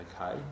okay